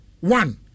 one